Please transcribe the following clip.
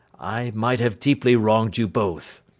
i might have deeply wronged you both.